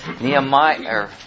Nehemiah